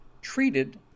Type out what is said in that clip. treated